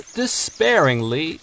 despairingly